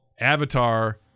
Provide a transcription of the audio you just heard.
avatar